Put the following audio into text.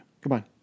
Goodbye